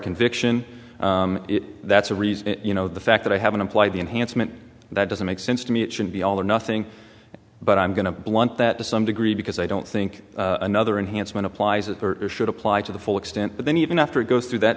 conviction that's a reason you know the fact that i haven't applied the enhancement that doesn't make sense to me it should be all or nothing but i'm going to blunt that to some degree because i don't think another enhancement applies it should apply to the full extent but then even after it goes through that